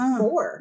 four